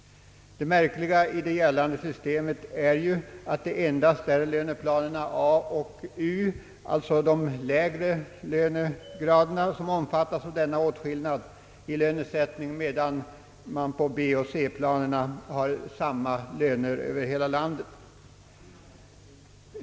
Det märkliga i det gällande systemet är att det endast är löneplanerna A och U, alltså de lägre lönegraderna, som omfattas av denna åtskillnad i lönesättningen, medan man på B och C-planerna har samma löner över hela landet.